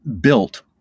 built